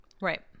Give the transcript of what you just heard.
Right